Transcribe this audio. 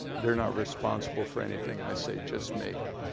they're not responsible for anything i say, just me,